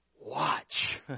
Watch